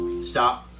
Stop